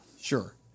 Sure